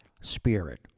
spirit